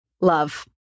Love